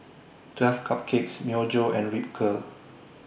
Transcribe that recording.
twelve Cupcakes Myojo and Ripcurl